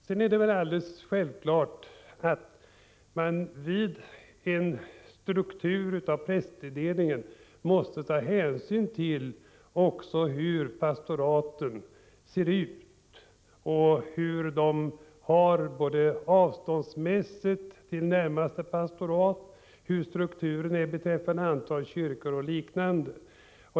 Vidare är det väl alldeles självklart att man när man strukturerar prästtilldelningen måste ta hänsyn till hur pastoraten ser ut. Det gäller alltså att ta hänsyn till hur långt avståndet är till närmaste pastorat, hur strukturen ser ut beträffande antalet kyrkor etc.